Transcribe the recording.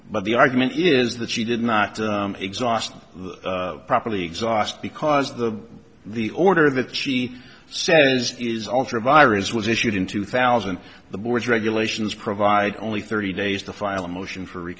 but the argument is that she did not exhaust properly exhaust because the the order that she says is ultra vires was issued in two thousand the board's regulations provide only thirty days to file a motion f